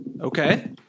Okay